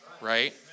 right